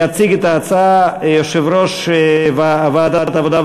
יציג את ההצעה יושב-ראש ועדת העבודה,